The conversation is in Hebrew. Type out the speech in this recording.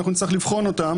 אנחנו נצטרך לבחון אותם